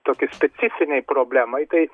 tokiai kaip specifinei problemai tai